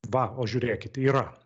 va o žiūrėkit yra